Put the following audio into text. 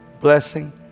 blessing